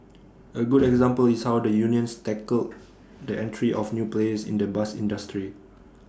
A good example is how the unions tackled the entry of new players in the bus industry